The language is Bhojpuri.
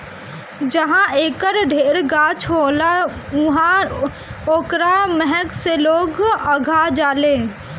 जहाँ एकर ढेर गाछ होला उहाँ ओकरा महक से लोग अघा जालें